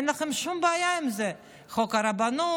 אין לכם שום בעיה עם זה: חוק הרבנות,